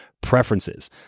preferences